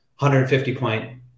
150-point